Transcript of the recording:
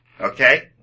okay